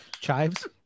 chives